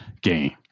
game